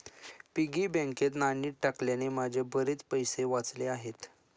piggy बँकेत नाणी टाकल्याने माझे बरेच पैसे वाचले आहेत